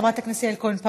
חברת הכנסת יעל גרמן,